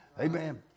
Amen